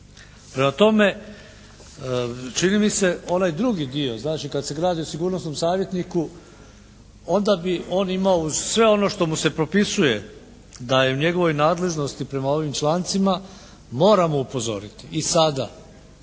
Prema tome, čini mi se onaj drugi dio znači kad se radi o sigurnosnom savjetniku onda bi on imao uz sve ono što mu se propisuje da je u njegovoj nadležnosti prema ovim člancima moramo upozoriti i sada